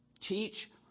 teach